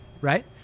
right